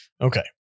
Okay